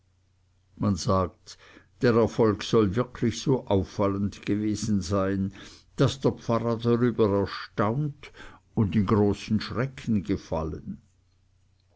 man sagt der erfolg soll wirklich so auffallend gewesen sein daß der pfarrer darüber erstaunt und in großen schrecken gefallen